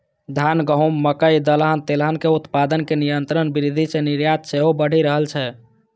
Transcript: धान, गहूम, मकइ, दलहन, तेलहन के उत्पादन मे निरंतर वृद्धि सं निर्यात सेहो बढ़ि रहल छै